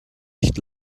nicht